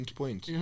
point